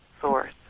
Source